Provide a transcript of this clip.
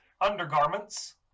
undergarments